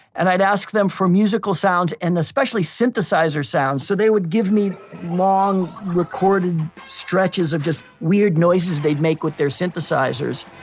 and i'd ask them for musical sounds, and especially especially synthesizer sounds, so they would give me long recorded stretches of just weird noises they'd make with their synthesizers.